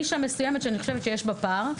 נישה מסוימת שאני חושבת שיש בה פער.